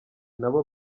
nabo